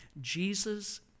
Jesus